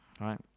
right